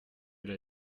l’a